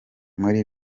muri